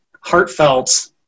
heartfelt